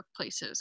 workplaces